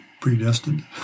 Predestined